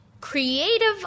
creative